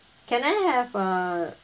um can I have a